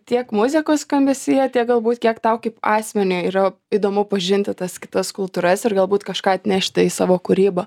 tiek muzikos skambesyje tiek galbūt kiek tau kaip asmeniui yra įdomu pažinti tas kitas kultūras ir galbūt kažką atnešti į savo kūrybą